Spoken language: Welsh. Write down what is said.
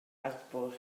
harbwr